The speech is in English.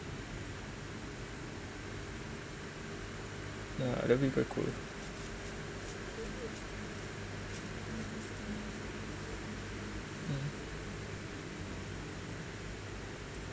ya that'll be quite cool